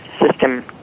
system